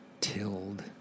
tilled